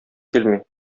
килми